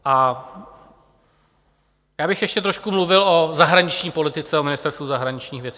A já bych ještě trošku mluvil o zahraniční politice, o Ministerstvu zahraničních věcích.